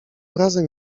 razem